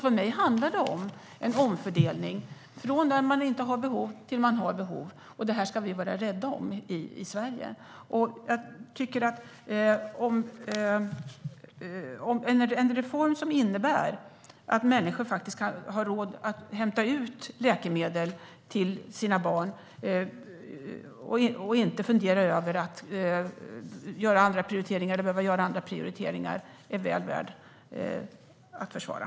För mig handlar det om en omfördelning från när man inte har behov till när man har behov. Det här ska vi vara rädda om i Sverige. En reform som innebär att människor har råd att hämta ut läkemedel till sina barn utan att behöva fundera över andra prioriteringar är väl värd att försvara.